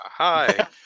hi